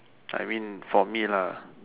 I mean for me lah